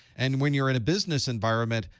and when you're in a business environment,